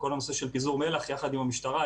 כל הנושא של פיזור מלח יחד עם המשטרה,